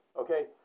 okay